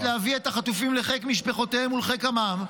להביא את החטופים לחיק משפחותיהם ולחיק עמם,